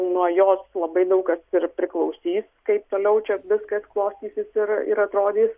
nuo jos labai daug kas ir priklausys kaip toliau čia viskas klostysis ir ir atrodys